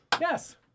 Yes